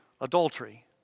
adultery